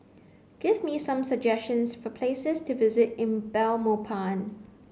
give me some suggestions for places to visit in Belmopan